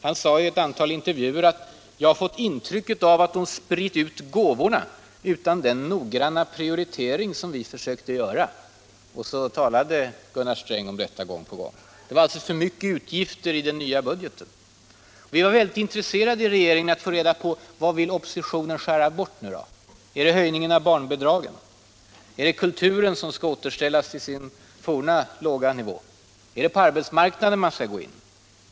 Han sade i ett antal intervjuer: ”Jag har fått intrycket av att de spritt ut gåvorna utan den noggranna prioritering som vi försökte göra.” — Det var alltså för mycket utgifter i den nya budgeten. Vi var i regeringen mycket intresserade av att få veta vad oppositionen ville skära ned. Var det höjningen av barnbidragen? Var det kulturanslaget som skulle återställas till sin forna, låga nivå? Var det på arbetsmarknaden man skulle gå in och skära?